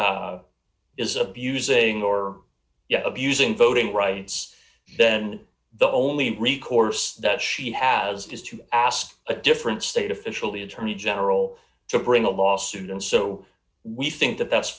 is abusing or abusing voting rights then the only recourse that she has is to ask a different state official the attorney general to bring a lawsuit and so we think that that's